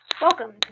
Welcome